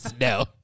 No